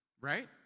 right